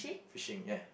fishing ya